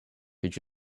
could